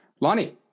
Lonnie